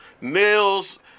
nails